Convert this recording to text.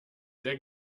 der